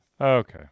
Okay